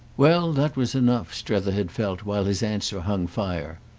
well, that was enough, strether had felt while his answer hung fire.